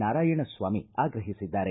ನಾರಾಯಣ ಸ್ವಾಮಿ ಆಗ್ರಹಿಸಿದ್ದಾರೆ